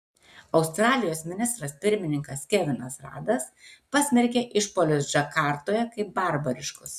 australijos ministras pirmininkas kevinas radas pasmerkė išpuolius džakartoje kaip barbariškus